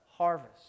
harvest